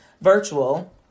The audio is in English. virtual